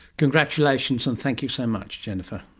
congratulations, and thank you so much, jennifer.